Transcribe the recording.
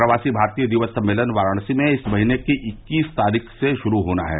प्रवासी भारतीय दिवस सम्मेलन वाराणसी में इस महीने की इक्कीस तारीख से ग़रू होना है